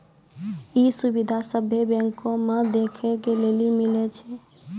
इ सुविधा सभ्भे बैंको मे देखै के लेली मिलै छे